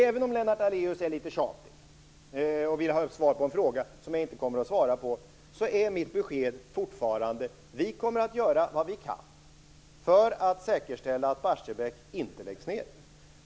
Även om Lennart Daléus är litet tjatig och vill ha svar på en fråga som jag inte kommer att svara på är mitt besked fortfarande att vi kommer att göra vad vi kan för att säkerställa att Barsebäck inte läggs ned.